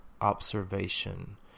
observation